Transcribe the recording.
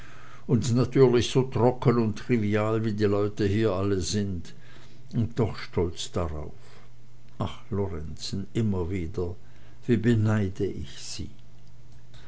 und natürlich so trocken und trivial wie die leute hier alle sind und noch stolz darauf ach lorenzen immer wieder wie beneide ich sie